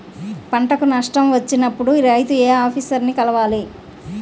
పంటకు నష్టం వచ్చినప్పుడు రైతు ఏ ఆఫీసర్ ని కలవాలి?